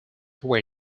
were